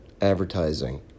advertising